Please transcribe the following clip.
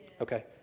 Okay